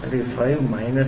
630 1